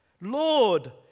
Lord